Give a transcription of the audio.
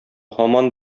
һаман